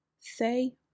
Say